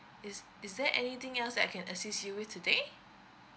is is there anything else that I can assist you with today